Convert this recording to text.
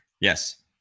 Yes